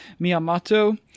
Miyamoto